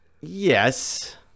Yes